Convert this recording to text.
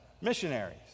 missionaries